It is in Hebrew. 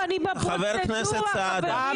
אבל אני לא במהות של החוק, אני בפרוצדורה, חברים.